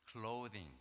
clothing